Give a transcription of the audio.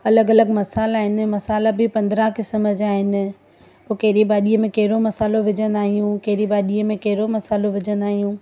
अलॻि अलॻि मसाला आहिनि मसाला बि पंद्राहं किस्म जा आहिनि पोइ कहिड़ी भाॼीअ में कहिड़ो मसालो विझंदा आहियूं कहिड़ी भाॼीअ में कहिड़ो मसालो विझंदा आहियूं